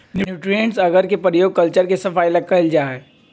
nutrients अगर के प्रयोग कल्चर के सफाई ला कइल जाहई